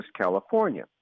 California